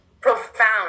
profound